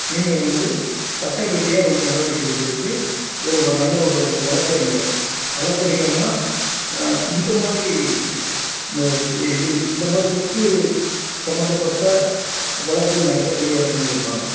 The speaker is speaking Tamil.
நீங்கள் வந்து சட்ட ரீதியாக வந்து நடவடிக்கை எடுக்கிறதுக்கு ஒரு வ நல்ல ஒரு வழக்கறிஞர் வழக்கறிஞர்ன்னா இந்த மாரின்னு சே இது இந்த மாதிரி சொத்து சம்மந்தப்பட்ட வழக்குகள் நடத்தக்கூடிய வழக்கறிஞர்கள் இருப்பாங்க